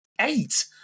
Eight